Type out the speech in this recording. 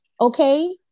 Okay